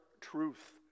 truth